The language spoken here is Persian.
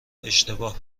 اشتباه